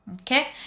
okay